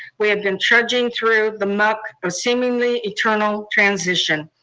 we have been trudging through the muck of seemingly eternal transition.